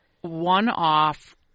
one-off